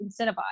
incentivized